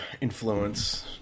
influence